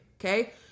Okay